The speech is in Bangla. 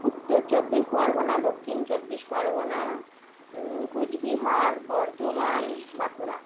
উত্তর চব্বিশ পরগনা দক্ষিণ চব্বিশ পরগনা কোচবিহার বর্ধমান বাঁকুড়া